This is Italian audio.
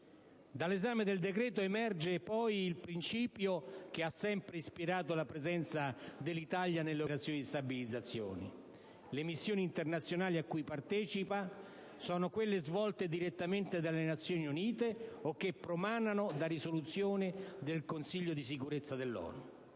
Dall'esame del decreto-legge emerge poi il principio che ha sempre ispirato la presenza dell'Italia nelle operazioni di stabilizzazione: le missioni internazionali a cui partecipa il Paese sono quelle svolte direttamente dall'Organizzazione delle Nazioni Unite o che promanano da risoluzioni del Consiglio di sicurezza dell'ONU.